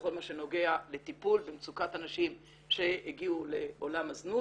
בכל מה שנוגע לטיפול במצוקת הנשים שהגיעו לעולם הזנות,